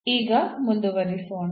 ಈಗ ಮುಂದುವರಿಯೋಣ